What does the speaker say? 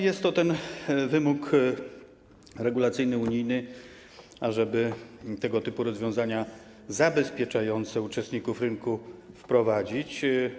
Jest to wymóg regulacyjny unijny, ażeby tego typu rozwiązania zabezpieczające uczestników rynku wprowadzić.